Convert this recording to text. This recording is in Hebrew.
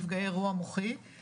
נפגעי אירוע מוחי,